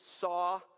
saw